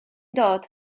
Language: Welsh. dod